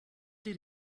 did